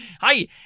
hi